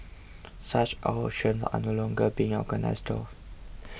such auctions are no longer being organised though